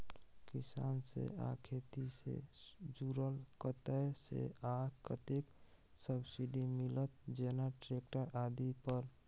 किसान से आ खेती से जुरल कतय से आ कतेक सबसिडी मिलत, जेना ट्रैक्टर आदि पर?